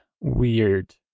weird